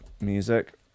music